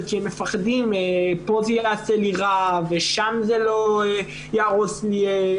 כי הם מפחדים שזה יעשה להם רע או יהרוס להם.